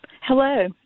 Hello